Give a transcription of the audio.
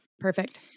Perfect